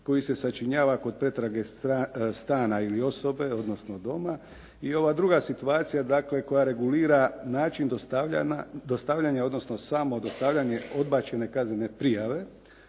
koji se sačinjava kod pretrage stana ili osobe, odnosno doma i ova druga situacija, dakle koja regulira način dostavljanja odnosno samo dostavljanje odbačene kaznene prijave